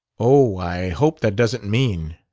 oh, i hope that doesn't mean,